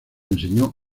enseñó